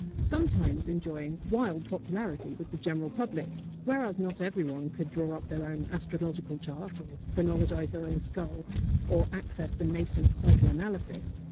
sometimes enjoying wild popularity with the general public whereas not everyone could draw up their own astrological chart or phrenologise their own skull or access the nascent psychoanalysis,